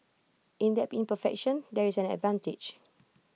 in that imperfection there is an advantage